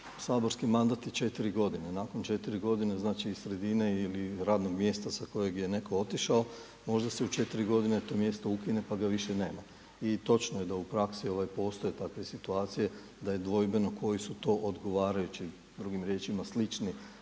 saborski mandat je 4 godine, nakon 4 godine znači iz sredine ili radnog mjesta sa kojeg je netko otišao možda se u 4 godine to mjesto ukine pa ga više nema. I točno je da u praksi postoje takve situacije da je dvojbeno koji su to odgovarajući, drugim riječima, slični